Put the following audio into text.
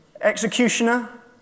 executioner